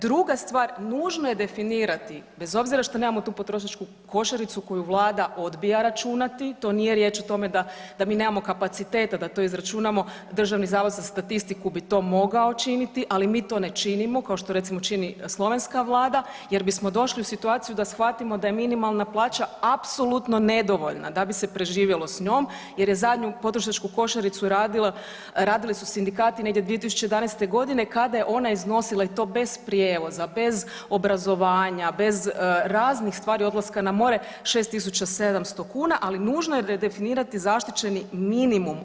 Druga stvar, nužno je definirati, bez obzira što nemamo tu potrošačku košaricu koju Vlada odbija računati, to nije riječ o tome da mi nemamo kapaciteta da to izračunamo, DZS bi to mogao činiti, ali mi to ne činimo kao što recimo čini, slovenska vlada jer bismo došli u situaciju da shvatimo da je minimalna plaća apsolutno nedovoljna da bi se preživjelo s njom jer je zadnju potrošačku košaricu radila, radili su sindikati negdje 2011. g., kada je ona iznosila, i to bez prijevoza, bez obrazovanja, bez raznih stvari, odlaska na more, 6700 kuna, ali nužno je redefinirati zaštićeni minimum.